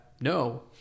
no